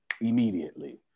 immediately